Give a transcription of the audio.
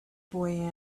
boy